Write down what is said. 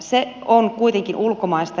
se on kuitenkin ulkomaista